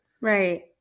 right